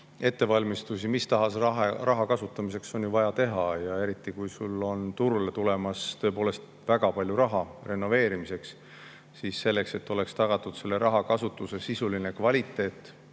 Ettevalmistusi mis tahes raha kasutamiseks on ju vaja teha. Kui turule on tulemas tõepoolest väga palju raha renoveerimiseks, siis selleks, et oleks tagatud selle rahakasutuse sisuline kvaliteet,